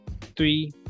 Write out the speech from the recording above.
three